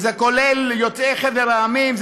שזה כולל יוצאי חבר המדינות,